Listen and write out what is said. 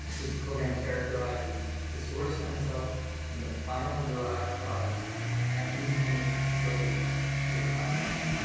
this program characterizes the source stem cells and the final derived products at independent facilities through a contract.